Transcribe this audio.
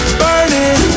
burning